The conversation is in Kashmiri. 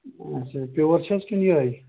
اچھا پیٛوٗور چھا حظ کِنہٕ یِہےَ